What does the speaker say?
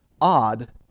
odd